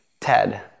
Ted